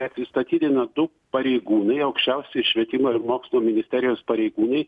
atsistatydina du pareigūnai aukščiausi švietimo ir mokslo ministerijos pareigūnai